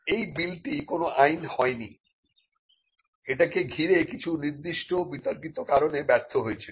এই বিলটি কোন আইন হয় নি এটাকে ঘিরে কিছু নির্দিষ্ট বিতর্কিত কারণে ব্যর্থ হয়েছিল